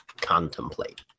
contemplate